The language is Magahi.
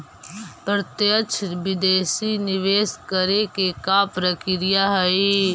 प्रत्यक्ष विदेशी निवेश करे के का प्रक्रिया हइ?